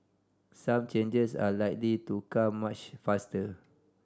some changes are likely to come much faster